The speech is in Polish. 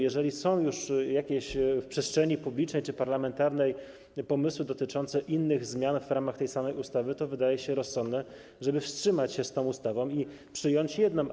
Jeżeli są już w przestrzeni publicznej czy parlamentarnej jakieś pomysły dotyczące innych zmian w ramach tej samej ustawy, to wydaje się rozsądne, żeby wstrzymać się z tą ustawą i przyjąć jedną.